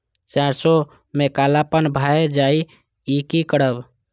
सरसों में कालापन भाय जाय इ कि करब?